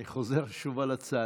אני חוזר שוב על הצעתי: